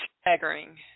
staggering